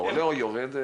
זה עולה או יורד?